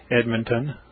Edmonton